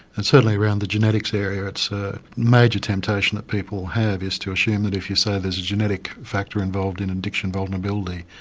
and certainly around the genetics area it's a major temptation that people have is to assume that if you say there's a genetic factor involved in addiction vulnerability,